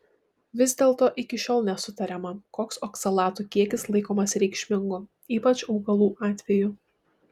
vis dėlto iki šiol nesutariama koks oksalatų kiekis laikomas reikšmingu ypač augalų atveju